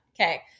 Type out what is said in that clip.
Okay